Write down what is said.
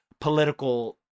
political